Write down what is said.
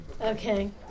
Okay